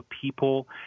people